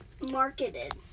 marketed